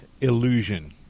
illusion